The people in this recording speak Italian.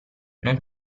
non